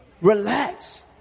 relax